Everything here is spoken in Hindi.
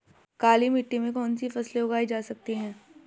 काली मिट्टी में कौनसी फसलें उगाई जा सकती हैं?